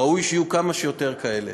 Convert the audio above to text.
ראוי שיהיו כמה שיותר כאלה.